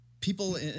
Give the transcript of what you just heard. People